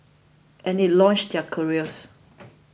and it launched their careers